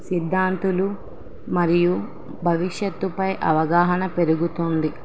సిద్ధాంతాలు మరియు భవిష్యత్తుపై అవగాహన పెరుగుతుంది